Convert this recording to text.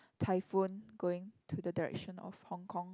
typhoon going to the direction of Hong-Kong